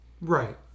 Right